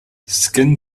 skin